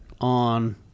on